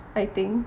I think